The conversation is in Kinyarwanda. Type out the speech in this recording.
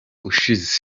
ushize